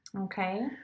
Okay